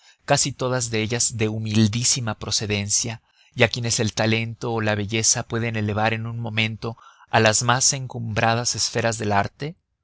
casi todas ellas de humildísima procedencia y a quienes el talento o la belleza pueden elevar en un momento a las más encumbradas esferas del arte